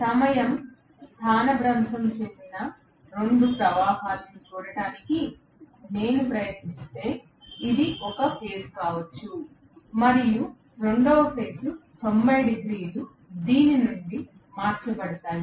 సమయం స్థానభ్రంశం చెందిన 2 ప్రవాహాలను చూడటానికి నేను ప్రయత్నిస్తే ఇది ఒక ఫేజ్ కావచ్చు మరియు రెండవ ఫేజ్ 90 డిగ్రీలు దీని నుండి మార్చబడతాయి